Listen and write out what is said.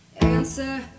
Answer